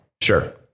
Sure